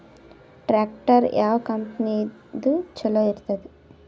Tractor ಯಾವ ಕಂಪನಿದು ಚಲೋ ಇರತದ?